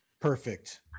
Perfect